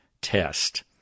test